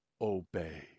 obey